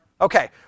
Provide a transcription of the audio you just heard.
Okay